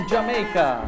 Jamaica